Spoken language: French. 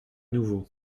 nouveau